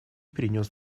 принес